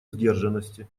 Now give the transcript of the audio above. сдержанности